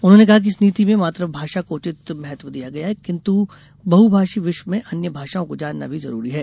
उन्होंने कहा कि इस नीति में मातुभाषा को उचित महत्व दिया गया है किंतु बहु भाषी विश्व में अन्य भाषाओं को जानना भी जरूरी है